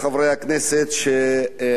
שעניין סרטן השד,